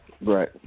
Right